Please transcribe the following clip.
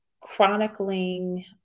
chronicling